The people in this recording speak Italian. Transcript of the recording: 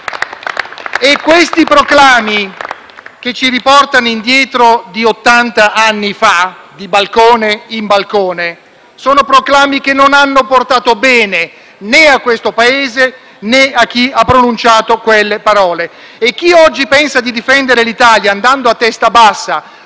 Questi proclami, che ci riportano indietro di ottant'anni di balcone in balcone, non hanno portato bene né al Paese, né a chi ha pronunciato quelle parole. E chi oggi pensa di difendere l'Italia, andando a testa bassa